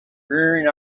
rearing